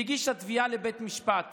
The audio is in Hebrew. והיא הגישה תביעה לבית משפט